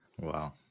Wow